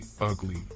ugly